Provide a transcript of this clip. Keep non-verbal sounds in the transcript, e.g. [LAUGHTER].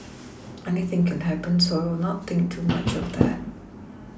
anything can happen so I will not [NOISE] think too much of that